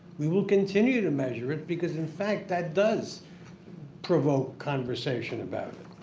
we will continue to measure it because in fact, that does provoke conversation about it.